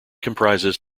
comprises